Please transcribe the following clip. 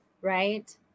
right